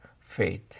faith